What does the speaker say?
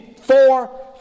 four